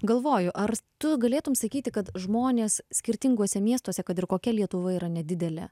galvoju ar tu galėtum sakyti kad žmonės skirtinguose miestuose kad ir kokia lietuva yra nedidelė